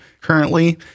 currently